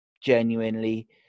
genuinely